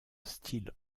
style